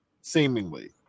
seemingly